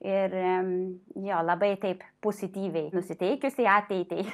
ir jo labai taip pozityviai nusiteikęs į ateitį